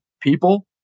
people